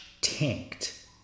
tanked